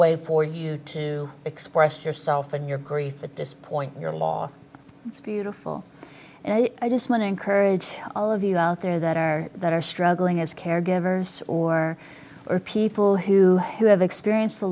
way for you to express yourself and your grief at this point your loss it's beautiful and i just want to encourage all of you out there that are that are struggling as caregivers or or people who who have experienced the